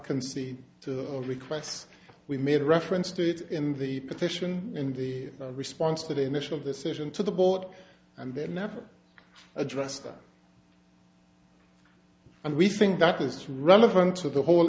concede requests we made reference to it in the petition in the response to the initial decision to the board and there never addressed and we think that is relevant to the whole